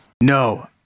No